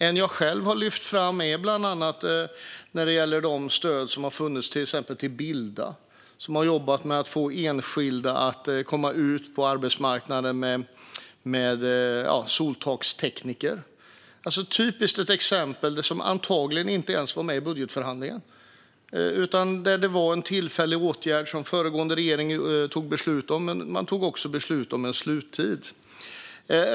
En som jag själv har lyft fram gäller de stöd som har funnits till Bilda, som har jobbat med att få enskilda att komma ut på arbetsmarknaden med soltakstekniker. Det är ett typiskt exempel som antagligen inte ens var med i budgetförhandlingen. Det var en tillfällig åtgärd som föregående regering tog beslut om, men man tog också beslut om en sluttid.